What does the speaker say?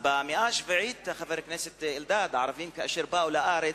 במאה השביעית, כשהערבים באו לארץ,